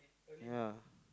ya